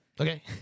okay